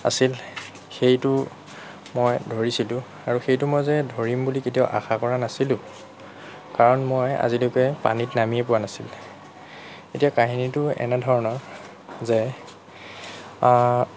আছিল সেইটো মই ধৰিছিলোঁ আৰু সেইটো মই যে ধৰিম বুলি কেতিয়াও আশা কৰা নাছিলোঁ কাৰণ মই আজিলৈকে পানীত নামিয়ে পোৱা নাছিলোঁ এতিয়া কাহিনীটো এনেধৰণৰ যে